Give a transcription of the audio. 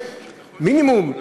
מינימום,